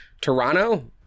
Toronto